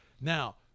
Now